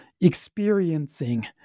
experiencing